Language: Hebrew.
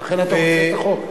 לכן אתה רוצה את החוק.